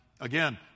again